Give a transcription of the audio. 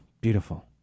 Beautiful